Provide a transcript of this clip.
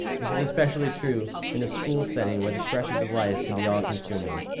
this is especially true in a school setting where the stresses of life can be all-consuming.